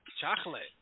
Chocolate